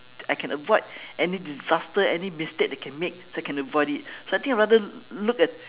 I can avoid any disaster any mistake that can make so I can avoid it so I think I rather look at